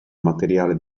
materiale